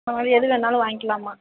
உங்களுக்கு எது வேணாலும் வாங்கிக்கலாம்மா